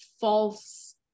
false